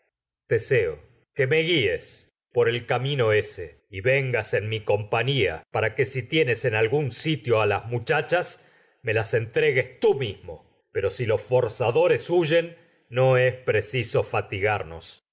que me guies que por el camino ése en y vengas en compañía me para si tienes algún pero sitio a las si los for muchachas zadores los las entregues tú mismo no huyen y es preciso fatigarnos